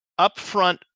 upfront